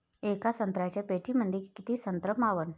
येका संत्र्याच्या पेटीमंदी किती संत्र मावन?